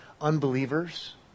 unbelievers